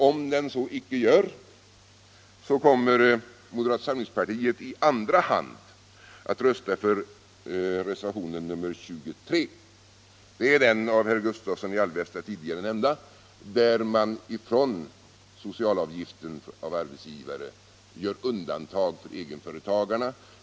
Om den icke gör så, kommer moderata samlingspartiet i andra hand att rösta för reservationen 23. Det är den av herr Gustavsson i Alvesta tidigare nämnda reservationen. där det föreslås att egenföretagarna undantas från skyldighet att erlägga socialavgift.